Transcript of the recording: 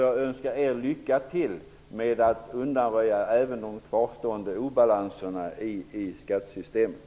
Jag önskar er lycka till i arbetet med att undanröja även de kvarstående obalanserna i skattesystemet.